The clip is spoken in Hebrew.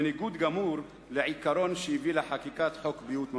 בניגוד גמור לעיקרון שהביא לחקיקת חוק ביטוח בריאות ממלכתי.